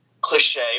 cliche